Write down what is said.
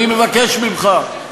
אני מבקש ממך,